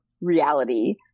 reality